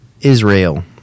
Israel